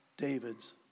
David's